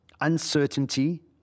uncertainty